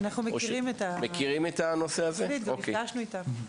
אנחנו מכירים את הנושא, נפגשנו איתם.